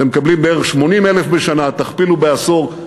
אתם מקבלים בערך 80,000 בשנה, ותכפילו בעשור.